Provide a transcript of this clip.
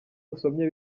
usomye